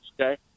okay